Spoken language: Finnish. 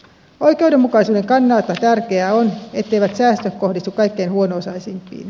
oikeudenmukaisuuden kannalta tärkeää on etteivät säästöt kohdistu kaikkein huono osaisimpiin